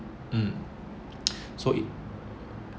mm so it